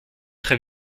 très